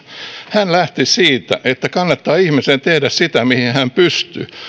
hän lähti siitä että ihmisen kannattaa tehdä sitä mihin hän pystyy